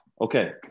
Okay